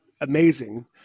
amazing